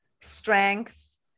strength